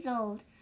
old